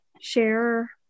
share